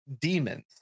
demons